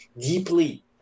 deeply